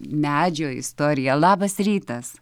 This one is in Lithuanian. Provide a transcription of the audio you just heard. medžio istorija labas rytas